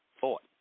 thought